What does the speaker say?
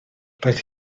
roedd